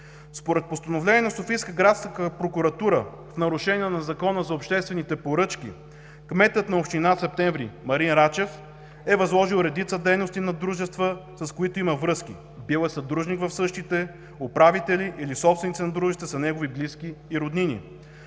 Според постановление на Софийска градска прокуратура в нарушение на Закона за обществените поръчки кметът на община Септември – Марин Рачев, е възложил редица дейности на дружества, с които има връзки, бил е съдружник в същите, управители или собственици на дружества са негови близки и роднини.